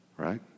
right